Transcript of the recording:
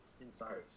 inside